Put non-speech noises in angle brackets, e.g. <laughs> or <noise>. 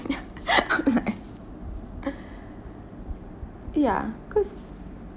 <laughs> ya cause